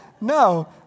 No